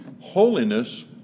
holiness